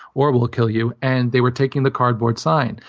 or we'll kill you, and they were taking the cardboard sign.